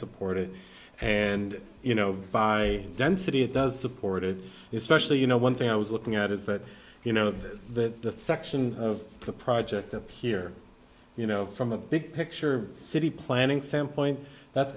support it and you know by density it does support it is specially you know one thing i was looking at is that you know that that section of the project up here you know from a big picture city planning sam point that's